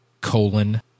colon